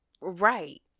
Right